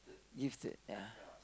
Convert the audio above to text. lift it ya